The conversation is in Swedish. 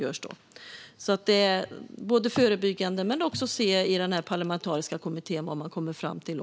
Vi ska alltså både arbeta förebyggande och se vad man kommer fram till i den parlamentariska kommittén.